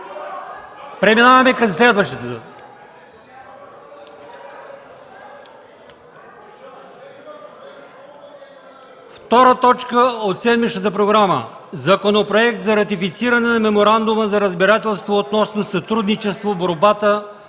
Преминаваме към следващата